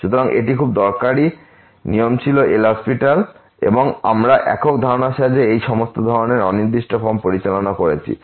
সুতরাং এটি একটি খুব দরকারী নিয়ম ছিল LHospital এবং আমরা একক ধারণার সাহায্যে এই সমস্ত ধরণের অনির্দিষ্ট ফর্ম পরিচালনা করেছি